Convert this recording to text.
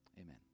Amen